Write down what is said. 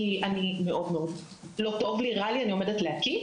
כי מאוד מאוד לא טוב לי, רע לי, אני עומדת להקיא.